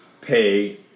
pay